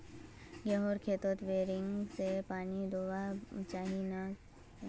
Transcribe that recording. गेँहूर खेतोत बोरिंग से पानी दुबा चही या नी चही?